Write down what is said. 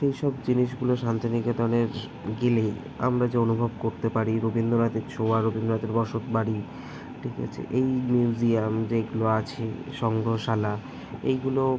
সেই সব জিনিসগুলো শান্তিনিকেতনে গেলে আমরা যে অনুভব করতে পারি রবীন্দ্রনাথের ছোঁয়া রবীন্দ্রনাথের বসত বাড়ি ঠিক আছে এই মিউজিয়াম যেগুলো আছে সংগ্রহশালা এইগুলো